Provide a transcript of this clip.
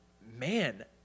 man